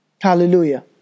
Hallelujah